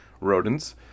rodents